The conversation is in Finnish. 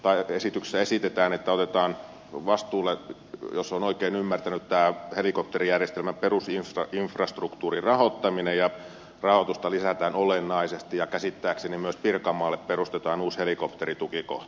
nythän esityksessä esitetään että otetaan valtion vastuulle jos olen oikein ymmärtänyt tämä helikopterijärjestelmän perusinfrastruktuurin rahoittaminen ja rahoitusta lisätään olennaisesti ja käsittääkseni myös pirkanmaalle perustetaan uusi helikopteritukikohta